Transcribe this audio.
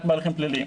רק בהליכים פליליים.